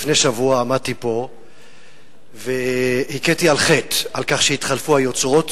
לפני שבוע עמדתי פה והכיתי על חטא על כך שהתחלפו היוצרות,